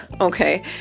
Okay